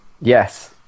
Yes